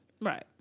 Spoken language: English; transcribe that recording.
Right